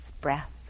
breath